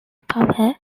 power